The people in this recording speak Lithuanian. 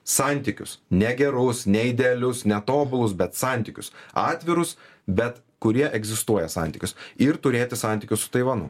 santykius ne gerus ne idealius ne tobulus bet santykius atvirus bet kurie egzistuoja santykius ir turėti santykius su taivanu